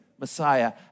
Messiah